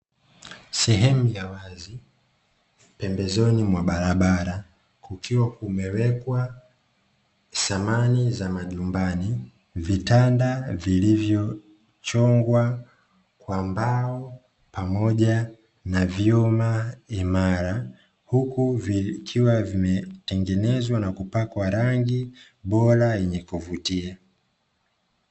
Sehemu ya wazi pembezoni mwa barabara, kukiwa kumewekwa samani za majumbani; vitanda vilivyochongwa kwa mbao, pamoja na vyuma imara, huku vikiwa vimetengenezwa na kupakwa rangi bora yenye kuvutia.